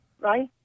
right